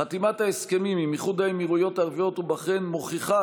חתימת ההסכמים עם איחוד האמירויות הערביות ובחריין מוכיחה